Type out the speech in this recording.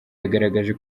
yagaragaje